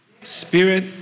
Spirit